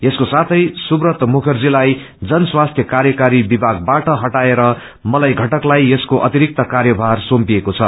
यसको साथै सुव्रत मुखर्जीलाई जन स्वास्थ्य कायकारी विभागबाट इटाएर मतय घटकलाई यसको अतिरिक्त कायभार सोम्पिएको छ